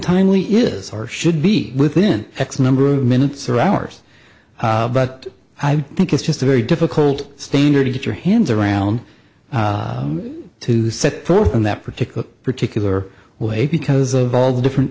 timely is or should be within x number of minutes or hours but i think it's just a very difficult standard get your hands around to set forth in that particular particular way because of all the different